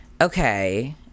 Okay